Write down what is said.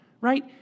Right